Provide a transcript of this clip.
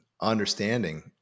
understanding